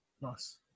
Nice